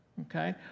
okay